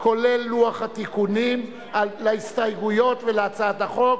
כולל לוח התיקונים להסתייגויות ולהצעת החוק,